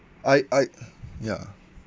I I ya